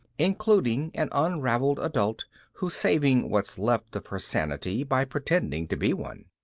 including an unraveled adult who's saving what's left of her sanity by pretending to be one.